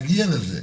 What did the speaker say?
נגיע לזה.